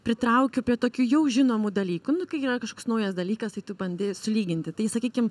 pritraukiu prie tokių jau žinomų dalykų kai yra kažkoks naujas dalykas tai tu bandai sulyginti tai sakykim